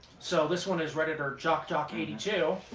so this one is redditor jock jock eighty two.